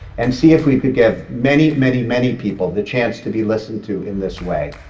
and see if we could give many, many, many people the chance to be listened to in this way.